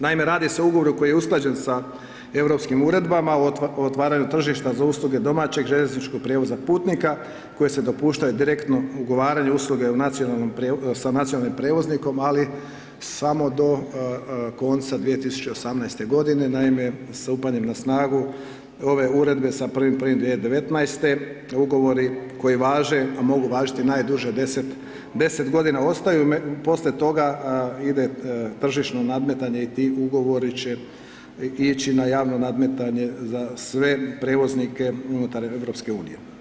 Naime, radi se o Ugovoru koji je usklađen sa Europskim uredbama, otvaraju tržišta za usluge domaćeg željezničkog prijevoza putnika koje se dopuštaju direktno ugovaranju usluge sa nacionalnim prijevoznikom, ali samo do konca 2018.-te godine, naime, sa stupanjem na snagu ove Uredbe sa 1.1.2019.-te Ugovori koji važe, a mogu važiti najduže 10 godina, ostaju, poslije toga ide tržišno nadmetanje i ti Ugovori će ići na javno nadmetanje za sve prijevoznike unutar EU.